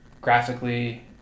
graphically